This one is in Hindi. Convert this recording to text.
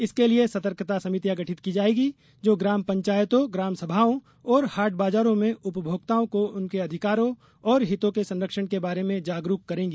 इसके लिए सतर्कता समितियां गठित की जायेंगीं जो ग्राम पंचायतों ग्रामसभाओं और हाट बाजारों में उपभोक्ताओं को उनके अधिकारों और हितों के संरक्षण के बारे में जागरुक करेंगी